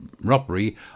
robbery